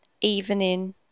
evening